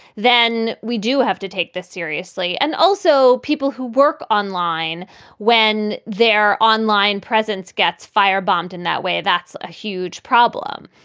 then we do have to take this seriously. and also people who work online when their online presence gets firebombed in that way. that's a huge problem.